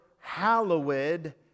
hallowed